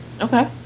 Okay